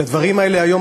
את הדברים האלה היום,